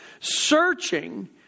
Searching